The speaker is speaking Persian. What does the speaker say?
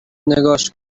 نگاش